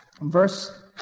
verse